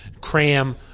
cram